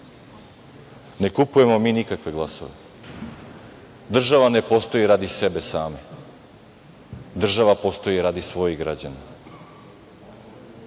Ne kupujemo mi nikakve glasove. Država ne postoji radi sebe same. Država postoji radi svojih građana